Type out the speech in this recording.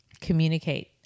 communicate